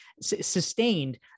sustained